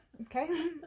Okay